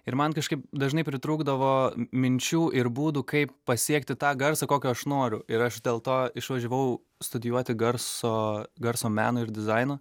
ir man kažkaip dažnai pritrūkdavo minčių ir būdų kaip pasiekti tą garsą kokio aš noriu ir aš dėl to išvažiavau studijuoti garso garso meno ir dizaino